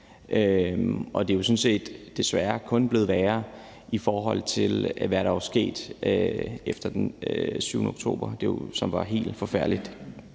Det er jo sådan set desværre kun blevet værre, i forhold til hvad der er sket efter den 7. oktober, hvor der skete et helt forfærdeligt